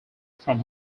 from